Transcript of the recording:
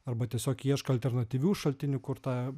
arba tiesiog ieškai alternatyvių šaltinių kur tą